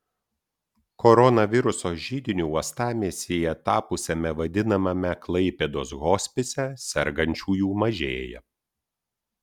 koronaviruso židiniu uostamiestyje tapusiame vadinamame klaipėdos hospise sergančiųjų mažėja